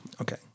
Okay